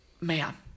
Man